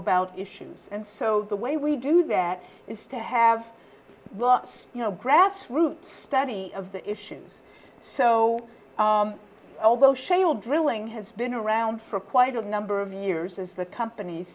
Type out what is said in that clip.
about issues and so the way we do that is to have lost you know grass roots study of the issues so although shale drilling has been around for quite a number of years as the companies